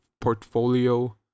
portfolio